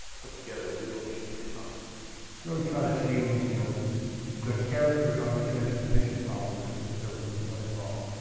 put together real machinery from it. we always try to change you know the character of the transportation problem if if there is one involved.